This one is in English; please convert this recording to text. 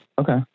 Okay